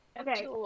Okay